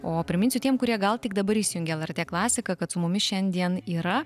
o priminsiu tiem kurie gal tik dabar įsijungę lrt klasiką kad su mumis šiandien yra